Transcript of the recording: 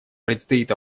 предстоит